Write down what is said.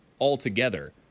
altogether